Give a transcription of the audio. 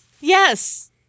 yes